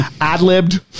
ad-libbed